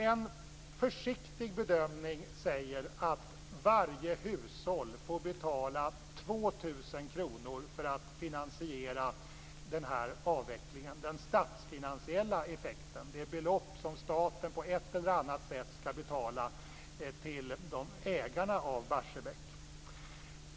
En försiktig bedömning säger att varje hushåll får betala 2 000 kr för att finansiera avvecklingen, dvs. den statsfinansiella effekten, det belopp som staten på ett eller annat sätt skall betala till ägarna av Barsebäck.